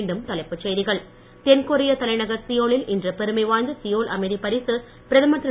மீண்டும் தலைப்புச் செய்திகள் தென்கெரிய தலைநகர் சியோலில் இன்று பெருமை வாய்ந்த சியோல் அமைதி பரிசு பிரதமர் திரு